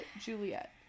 Juliet